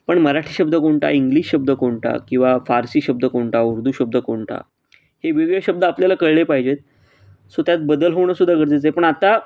पण मराठी शब्द कोणता इंग्लिश शब्द कोणता किंवा फारसी शब्द कोणता उर्दू शब्द कोणता हे वेगवेगळे शब्द आपल्याला कळले पाहिजेत सो त्यात बदल होणं सुद्धा गरजेचं आहे पण आता